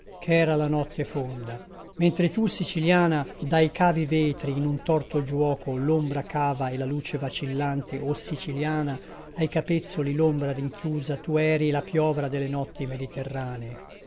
ch'era la notte fonda mentre tu siciliana dai cavi vetri in un torto giuoco l'ombra cava e la luce vacillante o siciliana ai capezzoli l'ombra rinchiusa tu eri la piovra de le notti mediterranee